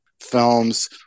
films